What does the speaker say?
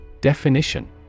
Definition